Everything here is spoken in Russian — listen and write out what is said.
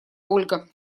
ольга